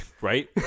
Right